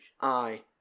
Aye